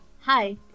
hi